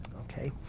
okay?